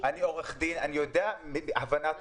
כי הוא או כל אדם שבעבורו הוא מזמין את